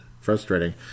frustrating